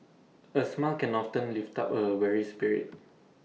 A smile can often lift up A weary spirit